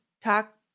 talk